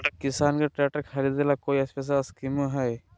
किसान के ट्रैक्टर खरीदे ला कोई स्पेशल स्कीमो हइ का?